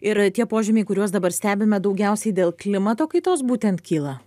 ir tie požymiai kuriuos dabar stebime daugiausiai dėl klimato kaitos būtent kyla